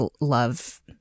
love